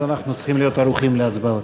אז אנחנו צריכים להיות ערוכים להצבעות.